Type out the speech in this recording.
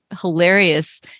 hilarious